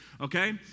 okay